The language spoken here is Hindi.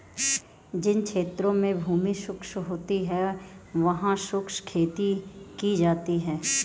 जिन क्षेत्रों में भूमि शुष्क होती है वहां शुष्क खेती की जाती है